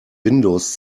windows